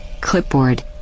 clipboard